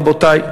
רבותי,